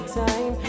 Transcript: time